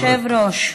כבוד היושב-ראש,